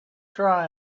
try